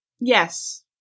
Yes